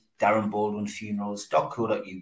darrenbaldwinfunerals.co.uk